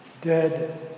dead